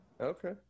Okay